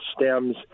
stems